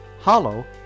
Hollow